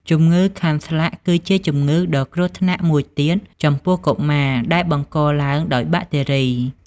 ជំងឺខាន់ស្លាក់គឺជាជំងឺដ៏គ្រោះថ្នាក់មួយទៀតចំពោះកុមារ ដែលបង្កឡើងដោយបាក់តេរី។